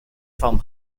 from